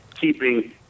keeping